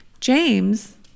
James